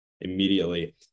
immediately